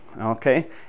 okay